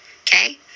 Okay